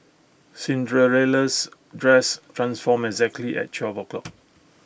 Cinderella's dress transformed exactly at twelve o'clock